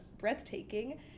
breathtaking